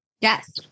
Yes